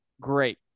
great